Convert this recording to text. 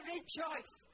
Rejoice